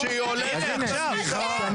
6 עד 10, בבקשה, יוראי.